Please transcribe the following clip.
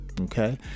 Okay